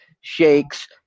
shakes